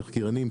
תחקירנים,